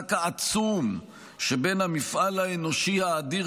המרחק העצום שבין המפעל האנושי האדיר